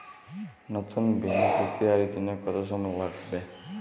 নতুন বেনিফিসিয়ারি জন্য কত সময় লাগবে?